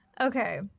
Okay